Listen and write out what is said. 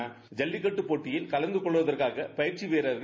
ஐல்லிக்கட்டுப் போட்டியில் கலந்து கொள்வதற்காக பயிற்சி வீரர்கள்